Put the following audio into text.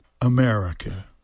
America